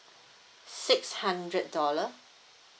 six hundred dollar